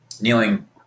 kneeling